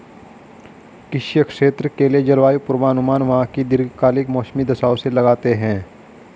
किसी क्षेत्र के लिए जलवायु पूर्वानुमान वहां की दीर्घकालिक मौसमी दशाओं से लगाते हैं